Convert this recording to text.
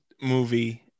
movie